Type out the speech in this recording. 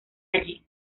allí